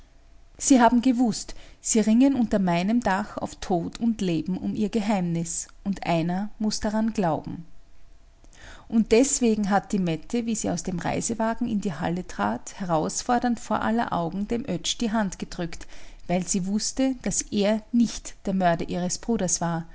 sie haben gewußt sie ringen unter meinem dach auf tod und leben um ihr geheimnis und einer muß daran glauben und deswegen hat die mette wie sie aus dem reisewagen in die halle trat herausfordernd vor aller augen dem oetsch die hand gedrückt weil sie wußte daß er nicht der mörder seines bruders war